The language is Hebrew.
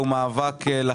כן.